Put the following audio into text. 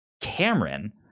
Cameron